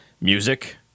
music